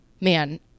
Man